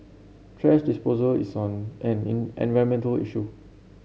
thrash disposal is on an in environmental issue